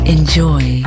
Enjoy